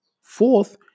Fourth